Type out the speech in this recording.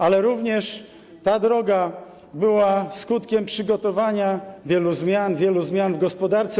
Ale również ta droga była skutkiem przygotowania wielu zmian, wielu zmian w gospodarce.